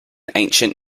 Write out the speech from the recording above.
ancient